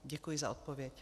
Děkuji za odpověď.